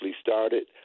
started